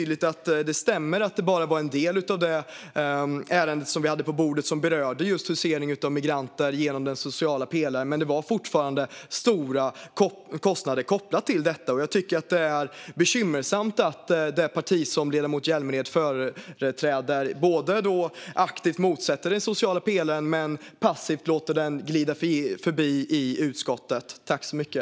Det stämmer att det bara var en del av det ärende som vi hade på bordet som berörde husering av migranter genom den sociala pelaren, men det fanns fortfarande stora kostnader kopplade till detta. Jag tycker att det är bekymmersamt att det parti som ledamoten Hjälmered företräder aktivt motsätter sig den sociala pelaren men passivt låter den glida förbi i utskottet.